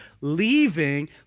leaving